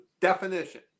definition